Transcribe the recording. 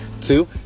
Two